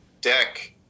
deck